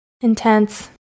Intense